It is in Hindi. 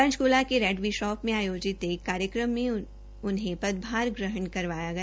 पंचकल्ा के रेड बिशप में आयोजित एक कार्यक्रम में उन्हें पदभार ग्रहरण करवाया गया